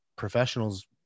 professionals